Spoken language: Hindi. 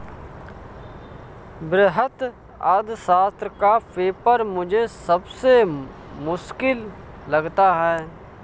वृहत अर्थशास्त्र का पेपर मुझे सबसे मुश्किल लगता है